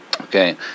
Okay